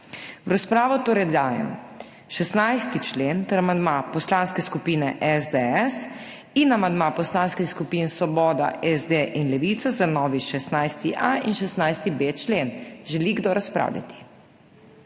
V razpravo torej dajem 16. člen ter amandma Poslanske skupine SDS in amandma poslanskih skupin Svoboda, SD in Levica za novi 16.a in 16.b člen. Želi kdo razpravljati?